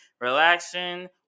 relaxing